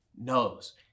knows